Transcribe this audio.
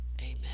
Amen